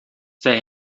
zij